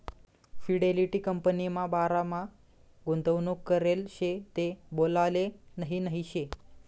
Fidelity कंपनीमा बारामा गुंतवणूक करेल शे ते बोलाले नही नही शे